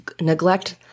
neglect